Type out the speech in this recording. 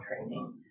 training